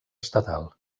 estatal